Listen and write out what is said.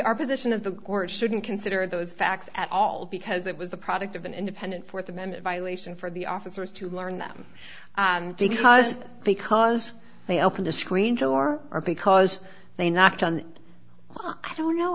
our position is the court shouldn't consider those facts at all because it was the product of an independent fourth amendment violation for the officers to learn them because because they opened a screen door or because they knocked on i don't know